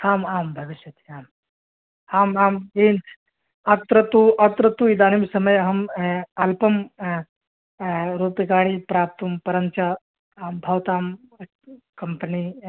आम् आं भविष्यति आम् आम् आम् अत्र तु अत्र तु इदानीं समये अहम् अल्पं रूप्यकाणि प्राप्तुं परञ्च भवतां कम्पनि